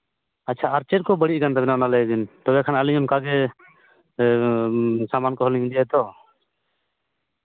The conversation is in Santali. ᱟᱪᱪᱷᱟ ᱟᱨ ᱪᱮᱫ ᱠᱚ ᱵᱟᱹᱲᱤᱡ ᱟᱠᱟᱱ ᱛᱟᱵᱮᱱᱟ ᱚᱱᱟ ᱞᱟᱹᱭ ᱵᱤᱱ ᱛᱚᱵᱮᱠᱷᱟᱱ ᱟᱹᱞᱤᱧ ᱚᱱᱠᱟ ᱜᱮ ᱥᱟᱢᱟᱱ ᱠᱚᱦᱚᱸ ᱞᱤᱧ ᱤᱫᱤᱭᱟᱛᱚ